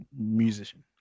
musician